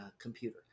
computer